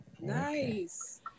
Nice